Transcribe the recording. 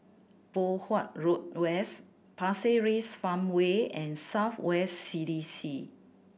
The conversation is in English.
Poh Huat Road West Pasir Ris Farmway and South West C D C